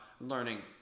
learning